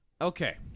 Okay